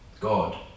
god